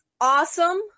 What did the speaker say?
awesome